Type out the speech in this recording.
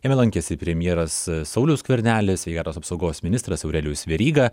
jame lankėsi premjeras saulius skvernelis sveikatos apsaugos ministras aurelijus veryga